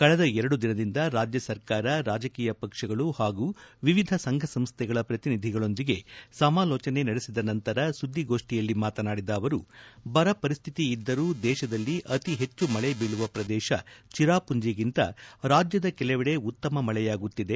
ಕಳೆದ ಎರಡು ದಿನದಿಂದ ರಾಜ್ತ ಸರ್ಕಾರ ರಾಜಕೀಯ ಪಕ್ಷಗಳು ಹಾಗೂ ವಿವಿಧ ಸಂಘ ಸಂಸ್ಥೆಗಳ ಪ್ರತಿನಿಧಿಗಳೊಂದಿಗೆ ಸಮಾಲೋಚನೆ ನಡೆಸಿದ ನಂತರ ಸುದ್ದಿಗೋಷ್ಟಿಯಲ್ಲಿ ಮಾತನಾಡಿದ ಅವರು ಬರ ಪರಿಶ್ಠಿತಿ ಇದ್ದರೂ ದೇಶದಲ್ಲಿ ಅತಿ ಹೆಚ್ಚು ಮಳೆ ಬೀಳುವ ಪ್ರದೇಶ ಚಿರಾಮಂಜಿಗಿಂತ ರಾಜ್ಯದ ಕೆಲವೆಡೆ ಉತ್ತಮ ಮಳೆಯಾಗುತ್ತಿದೆ